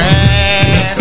Man